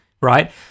Right